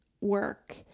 work